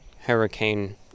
Hurricane